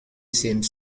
seems